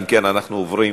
אם כן, אנחנו עוברים